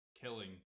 killing